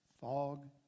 fog